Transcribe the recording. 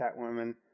Catwoman